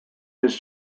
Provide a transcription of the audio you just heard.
his